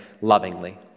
lovingly